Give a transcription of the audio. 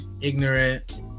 ignorant